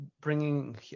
bringing